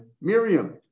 Miriam